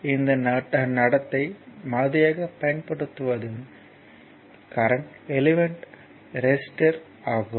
எனவே இந்த நடத்தை மாதிரியாகப் பயன்படுத்தப்படும் சர்க்யூட் எலிமெண்ட் ரெஸிஸ்டர் ஆகும்